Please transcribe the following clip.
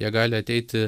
jie gali ateiti